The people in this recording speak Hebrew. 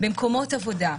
במקומות עבודה,